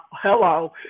Hello